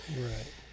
Right